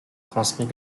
transmis